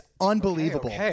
unbelievable